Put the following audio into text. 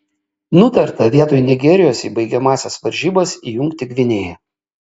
nutarta vietoj nigerijos į baigiamąsias varžybas įjungti gvinėją